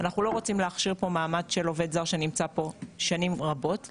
אנחנו לא רוצים להכשיר פה מעמד של עובד זר שנמצא פה שנים רבות,